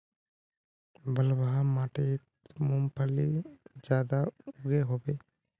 बलवाह माटित मूंगफली ज्यादा उगो होबे?